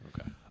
Okay